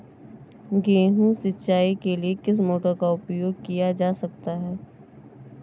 गेहूँ सिंचाई के लिए किस मोटर का उपयोग किया जा सकता है?